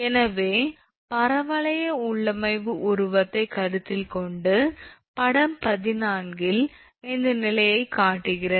எனவே பரவளைய உள்ளமைவு உருவத்தை கருத்தில் கொண்டு படம் 14 இந்த நிலையை காட்டுகிறது